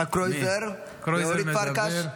יצחק קרויזר ואורית פרקש.